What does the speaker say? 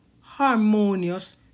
harmonious